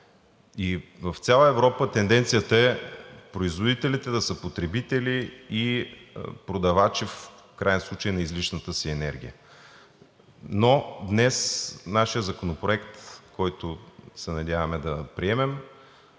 В цяла Европа тенденцията е производителите да са потребители и продавачи – в краен случай, на излишната си енергия. Но днес нашият законопроект, който се надяваме да приемем,